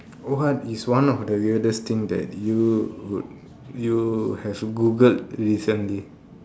what is one of the weirdest thing that you would you have Googled recently